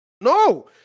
No